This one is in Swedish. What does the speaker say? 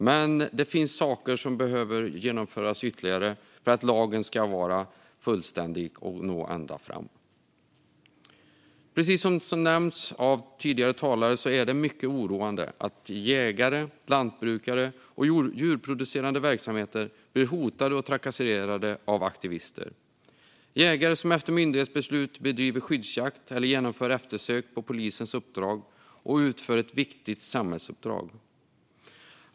Men det finns ytterligare saker som behöver genomföras för att lagen ska vara fullständig och nå ända fram. Som nämnts av tidigare talare är det mycket oroande att jägare, lantbrukare och djurproducerande verksamheter blir hotade och trakasserade av aktivister. Det handlar om jägare som efter myndighetsbeslut bedriver skyddsjakt eller genomför eftersök på polisens uppdrag och utför ett viktigt samhällsuppdrag.